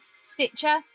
Stitcher